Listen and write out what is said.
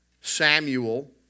Samuel